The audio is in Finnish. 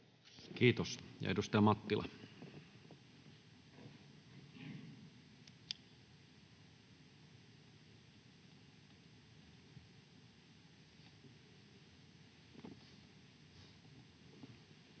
Kiitos. — Edustaja Mattila. Arvoisa